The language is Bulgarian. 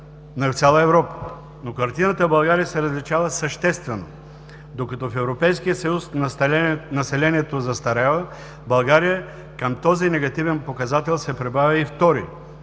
в цяла Европа, но картината в България се различава съществено – докато в Европейския съюз населението застарява, в България към този негативен показател се прибавя и втори,